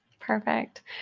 Perfect